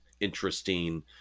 interesting